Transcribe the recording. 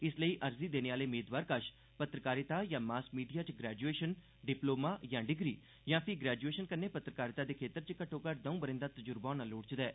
इस लेई अर्जी देने आले मेदवार कश पत्रकारिता जां मॉस मीडिया च ग्रैजु एशन डिपलोमा जां डिग्री जां फ्ही ग्रैजु एशन कन्नै पत्रकारिता दे क्षेत्र च घट्टो घट्ट दऊं ब' रें दा तजुर्बा होना लोड़चदा ऐ